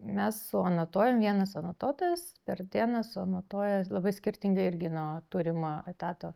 mes suanotuojam vienas anotuotojas per dieną suanotuoja labai skirtingai irgi nuo turimo etato